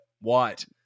white